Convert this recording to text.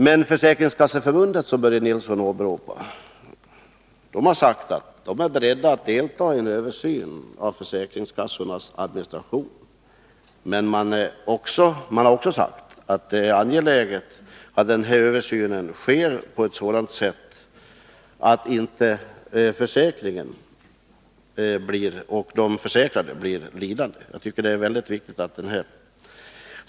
I Försäkringskasseförbundet, som Börje Nilsson åberopade, har man sagt att man är beredd att delta i en översyn av försäkringskassornas administration. Men man har också sagt att det är angeläget att den här översynen sker på ett sådant sätt att inte de försäkrade blir lidande. Det tycker jag är mycket viktigt.